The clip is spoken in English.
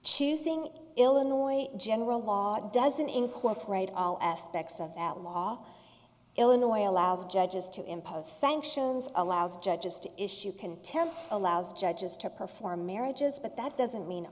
choosing illinois general law doesn't incorporate all aspects of that law illinois allows judges to impose sanctions allows judges to issue contempt allows judges to perform marriages but that doesn't mean